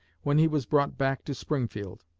when he was brought back to springfield.